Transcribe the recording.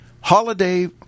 holiday